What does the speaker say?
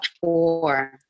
four